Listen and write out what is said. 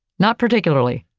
not particularly.